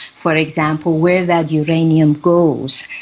for example, where that uranium goes,